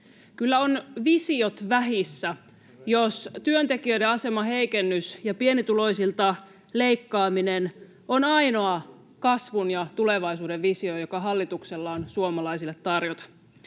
Kyllä ovat visiot vähissä, jos työntekijöiden aseman heikennys ja pienituloisilta leikkaaminen on ainoa kasvun ja tulevaisuuden visio, joka hallituksella on suomalaisille tarjota.